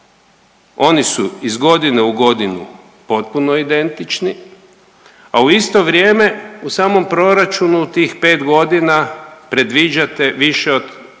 oni su iz godinu u godinu potpuno identični, a u isto vrijeme u samom proračunu tih pet godina predviđate više od